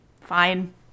fine